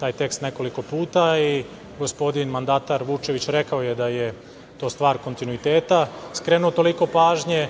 taj tekst nekoliko puta i gospodin mandatar Vučević je rekao da je to stvar kontinuiteta, skrenuo toliko pažnje